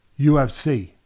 UFC